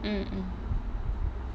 mm mm